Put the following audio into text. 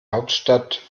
hauptstadt